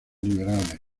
liberales